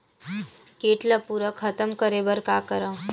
कीट ला पूरा खतम करे बर का करवं?